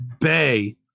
Bay